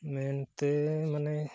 ᱢᱮᱱᱛᱮ ᱢᱟᱱᱮ